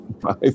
Five